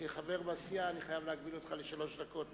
כחבר בסיעה אני חייב להגביל אותך לשלוש דקות.